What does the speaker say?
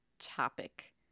Topic